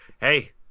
hey